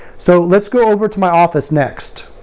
so let's go over to my office next.